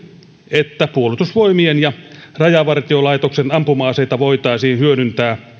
että puolustusvoimien ja rajavartiolaitoksen ampuma aseita voitaisiin hyödyntää